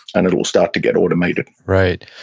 and it'll start to get automated right.